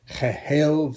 geheel